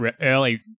early